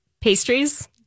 pastries